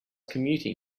commuting